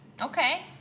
Okay